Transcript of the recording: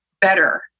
better